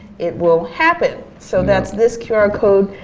it will happen. so that's this qr code.